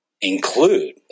include